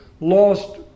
lost